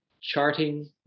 charting